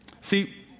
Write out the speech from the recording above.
See